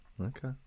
Okay